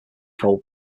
cold